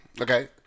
Okay